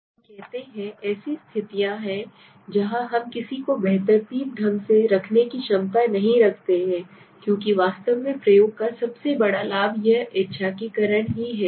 हम कहते हैं कि ऐसी स्थितियाँ हैं जहाँ हम किसी को बेतरतीब ढंग से रखने की क्षमता नहीं रखते हैं क्योंकि वास्तव में प्रयोग का सबसे बड़ा लाभ यह यादृच्छिककरण है